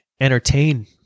entertain